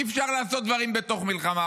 אי-אפשר לעשות דברים בתוך מלחמה,